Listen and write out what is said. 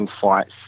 fights